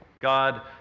God